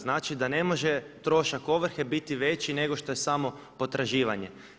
Znači da ne može trošak ovrhe biti veći nego što je samo potraživanje.